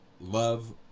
love